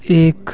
एक